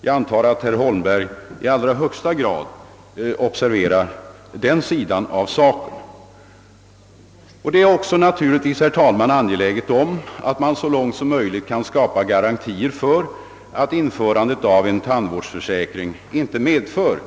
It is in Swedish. Jag förmodar att herr Holmberg har ett särskilt intresse av den frågan. Naturligtvis, herr talman, är det också av vikt att man i största möjliga utsträckning kan åstadkomma garantier för att införandet av en tandvårdsförsäkring inte får till följd